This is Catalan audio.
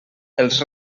els